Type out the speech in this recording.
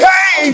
Hey